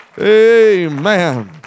Amen